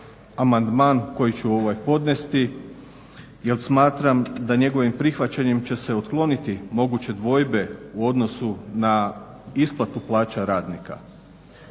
amandman koji ću podnesti jer smatram da njegovim prihvaćanjem će se otkloniti moguće dvojbe u odnosu na isplatu plaća radnika.